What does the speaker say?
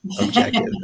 Objective